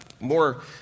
more